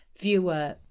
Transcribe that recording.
viewer